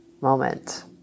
moment